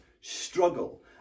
struggle